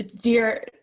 dear